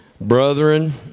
Brethren